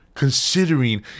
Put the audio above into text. considering